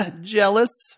Jealous